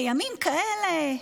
בימים כאלה,